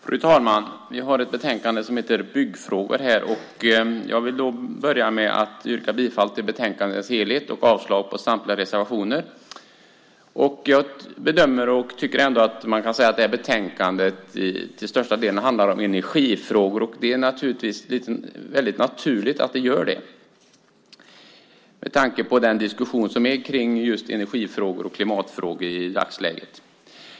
Fru talman! Vi har att behandla ett betänkande som heter Byggfrågor . Jag vill börja med att yrka bifall till utskottets förslag i betänkandet och avslag på samtliga reservationer. Betänkandet handlar till största delen om energifrågor, och det är naturligt att det gör det med tanke på den diskussion som är i dagsläget kring just energifrågor och klimatfrågor.